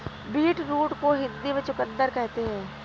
beetroot को हिंदी में चुकंदर कहते हैं